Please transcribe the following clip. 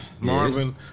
Marvin